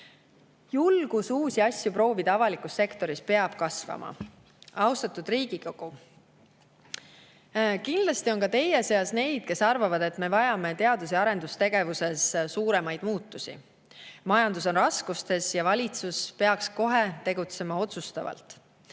Julgus uusi asju proovida peab avalikus sektoris kasvama. Austatud Riigikogu! Kindlasti on ka teie seas neid, kes arvavad, et me vajame teadus‑ ja arendustegevuses suuremaid muutusi. Majandus on raskustes ja valitsus peaks kohe tegutsema otsustavalt.